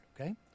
okay